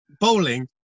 bowling